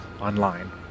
online